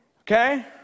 Okay